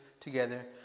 together